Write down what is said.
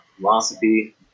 philosophy